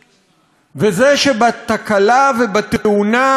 וזה שבתקלה ובתאונה האחרונה,